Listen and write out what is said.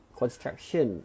construction